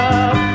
up